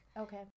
Okay